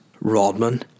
Rodman